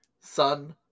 Sun